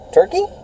turkey